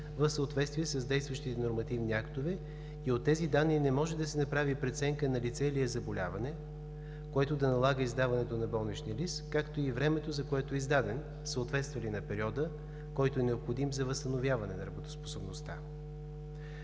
в съответствие с действащите нормативни актове, и от тези данни не може да се направи преценка налице ли е заболяване, което да налага издаването на болничния лист, както и времето, за което е издаден – съответства ли на периода, който е необходим за възстановяване на работоспособността.